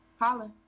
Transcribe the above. Holla